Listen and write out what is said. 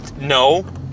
No